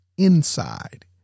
inside